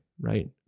right